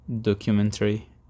documentary